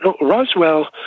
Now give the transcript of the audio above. Roswell